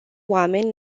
oameni